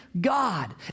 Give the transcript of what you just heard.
God